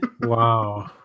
Wow